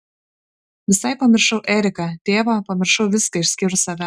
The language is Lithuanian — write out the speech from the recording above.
visai pamiršau eriką tėvą pamiršau viską išskyrus save